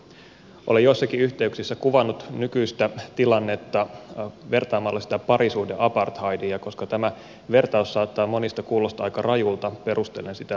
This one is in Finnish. olen joissakin yhteyksissä kuvannut nykyistä tilannetta vertaamalla sitä parisuhde apartheidiin ja koska tämä vertaus saattaa monista kuulostaa aika rajulta perustelen sitä lyhyesti